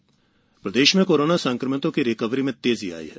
corona प्रदेश प्रदेश में कोरोना संक्रमितों की रिकवरी में तेजी आई है